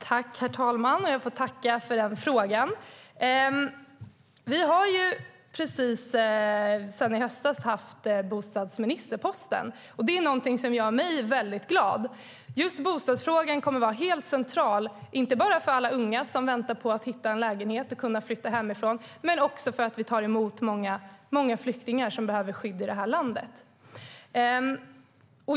Herr talman! Jag tackar för frågan. Vi har sedan i höstas haft bostadsministerposten. Det är någonting som gör mig mycket glad. Just bostadsfrågan kommer att vara helt central, inte bara för alla unga som väntar på att hitta en lägenhet för att kunna flytta hemifrån, utan också för att vi tar emot många flyktingar som behöver skydd i detta land.